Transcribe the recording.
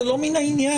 זה לא מין העניין.